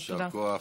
תודה.